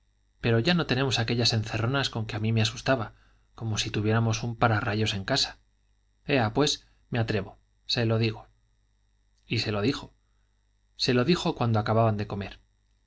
pero ya no tenemos aquellas encerronas con que a mí me asustaba como si tuviéramos un para rayos en casa ea pues me atrevo se lo digo y se lo dijo se lo dijo cuando acababan de comer